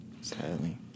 sadly